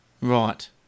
Right